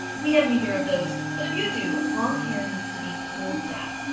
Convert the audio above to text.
we have neither of those. but if you do long hair needs to be pulled back.